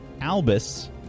Albus